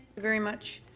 very much.